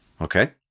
Okay